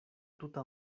tuta